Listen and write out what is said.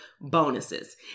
bonuses